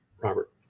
Robert